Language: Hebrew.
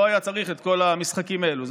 לא היה צריך את כל המשחקים האלו,